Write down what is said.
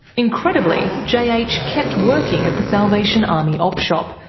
incredibly, jh ah ah jh kept working at the salvation army op shop,